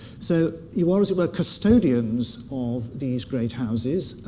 so you are, as it were, custodians of these great houses.